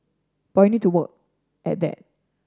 but we need to work at that